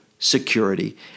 security